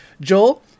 Joel